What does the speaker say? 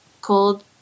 cold